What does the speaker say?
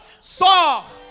Sors